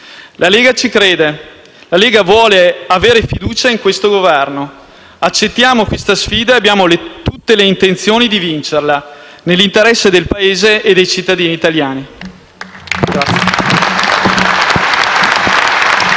La Lega ci crede e vuole avere fiducia in questo Governo. Accettiamo questa sfida e abbiamo tutte le intenzioni di vincerla, nell'interesse del Paese e dei cittadini italiani.